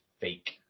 fake